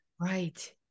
Right